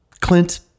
Clint